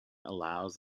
allows